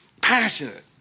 Passionate